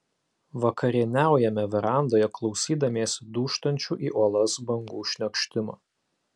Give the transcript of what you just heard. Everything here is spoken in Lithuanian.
vakarieniaujame verandoje klausydamiesi dūžtančių į uolas bangų šniokštimo